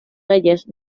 reyes